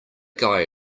guy